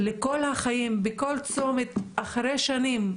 לכל החיים בכל צומת אחרי שנים,